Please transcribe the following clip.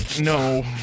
No